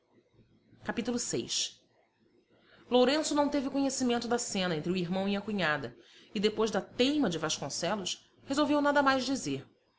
capítulo vi lourenço não teve conhecimento da cena entre o irmão e a cunhada e depois da teima de vasconcelos resolveu nada mais dizer